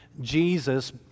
Jesus